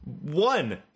one